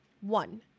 one